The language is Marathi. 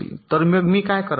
तर मग मी काय करावे